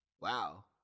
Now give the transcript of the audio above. Wow